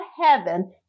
heaven